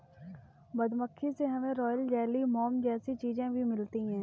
मधुमक्खी से हमे रॉयल जेली, मोम जैसी चीजे भी मिलती है